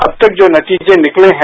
अब तक जो नतीजे निकले हैं